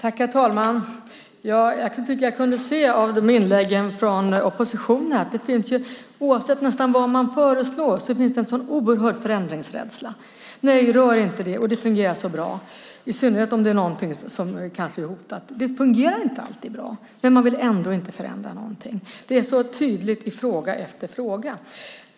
Herr talman! Jag tycker mig kunna se av inläggen från oppositionen att det, nästan oavsett vad man föreslår, finns en oerhörd förändringsrädsla. Nej, rör inte det. Det fungerar så bra. Det gäller i synnerhet om det är något som kanske är hotat. Det fungerar inte alltid bra. Men man vill ändå inte förändra någonting. Det är så tydligt i fråga efter fråga.